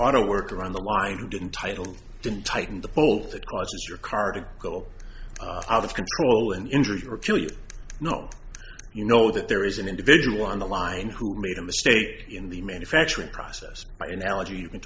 auto worker on the line who didn't title didn't tighten the pull that caused your car to go out of control and injure or kill you know you know that there is an individual on the line who made a mistake in the manufacturing process by analogy